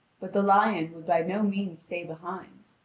but the lion would by no means stay behind.